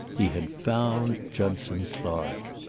he had found judson clark.